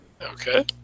Okay